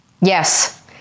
Yes